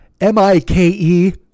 M-I-K-E